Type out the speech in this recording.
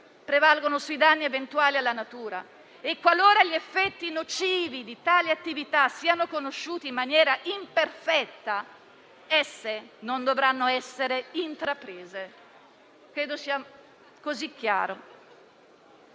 prevalgono sui danni eventuali alla natura e, qualora gli effetti nocivi di tali attività siano conosciuti in maniera imperfetta, esse non dovranno essere intraprese. Credo sia chiaro.